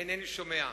אינני שומע.